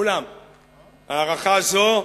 אולם הערכה זו,